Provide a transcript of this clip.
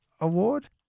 Award